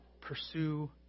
pursue